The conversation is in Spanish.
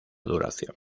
duración